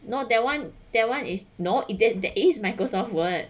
no that one that one is nor did the ace Microsoft word